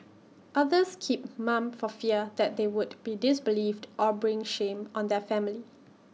others keep mum for fear that they would be disbelieved or bring shame on their family